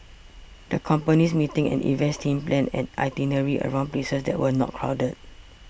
the company's meetings and events team planned an itinerary around places that were not crowded